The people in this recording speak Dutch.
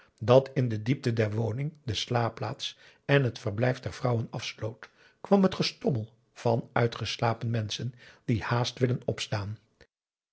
dat in de diepte der woning de slaapplaats en het verblijf der vrouwen afsloot kwam het gestommel van uitgeslapen menschen die haast willen opstaan